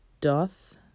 doth